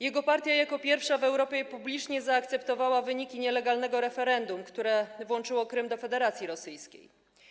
Jego partia jako pierwsza w Europie publicznie zaakceptowała wyniki nielegalnego referendum, które włączyło Krym do Federacji Rosyjskiej.